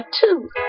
two